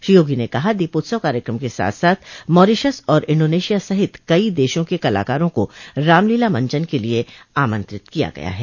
श्री योगी ने कहा दीपोत्सव कार्यकम के साथ साथ मारीशस और इन्डोनेशिया सहित कई देशों के कलाकारों को रामलीला मंचन के लिये आमंत्रित किया गया है